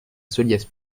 solliès